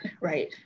right